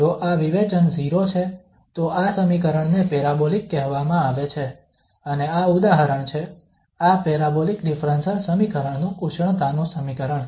જો આ વિવેચન 0 છે તો આ સમીકરણને પેરાબોલિક કહેવામાં આવે છે અને આ ઉદાહરણ છે આ પેરાબોલિક ડિફરન્સલ સમીકરણ નું ઉષ્ણતાનું સમીકરણ